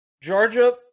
Georgia